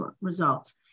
Results